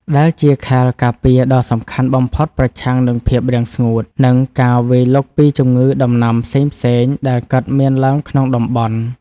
ដែលជាខែលការពារដ៏សំខាន់បំផុតប្រឆាំងនឹងភាពរាំងស្ងួត និងការវាយលុកពីជំងឺដំណាំផ្សេងៗដែលកើតមានឡើងក្នុងតំបន់។